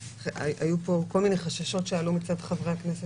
והיו פה כל מיני חששות שעלו מצד חברי הכנסת